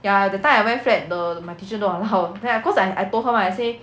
ya that time I wear flat the my teacher don't allow ya cause I I told her I say